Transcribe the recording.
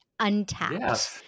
Untapped